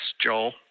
joel